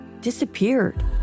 disappeared